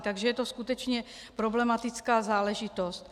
Takže je to skutečně problematická záležitost.